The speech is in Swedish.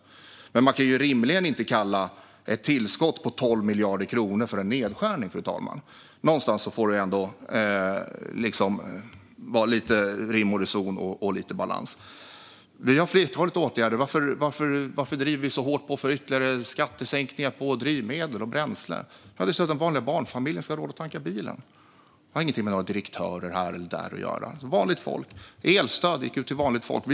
Men man kan rimligen inte kalla ett tillskott på 12 miljarder kronor för en nedskärning, fru talman. Någonstans får det ändå vara lite rim och reson och balans. Vi har vidtagit ett flertal åtgärder. Varför driver vi på så hårt för ytterligare skattesänkningar på drivmedel och bränsle? Det är för att vanliga barnfamiljer ska ha råd att tanka bilen. Det har ingenting med några direktörer här eller där att göra. Det handlar om vanligt folk. Elstöd gick ut till vanligt folk.